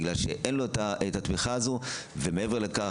בגלל שאין לו את התמיכה הזו; או מעבר לכך,